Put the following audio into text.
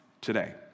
today